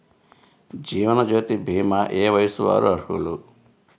జీవనజ్యోతి భీమా ఏ వయస్సు వారు అర్హులు?